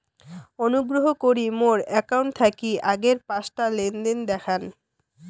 অনুগ্রহ করি মোর অ্যাকাউন্ট থাকি আগের পাঁচটা লেনদেন দেখান